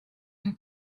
her